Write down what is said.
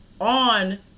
on